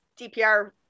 DPR